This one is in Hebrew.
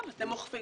אתם אוכפים?